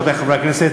רבותי חברי הכנסת,